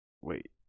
Wait